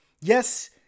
yes